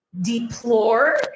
deplore